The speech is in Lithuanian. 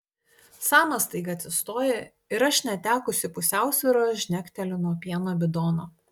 samas staiga atsistoja ir aš netekusi pusiausvyros žnekteliu nuo pieno bidono